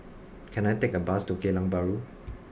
can I take a bus to Geylang Bahru